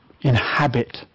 inhabit